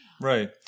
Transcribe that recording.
right